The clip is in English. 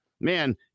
man